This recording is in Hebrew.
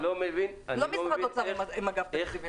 לא משרד אוצר עם אגף תקציבים.